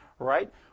right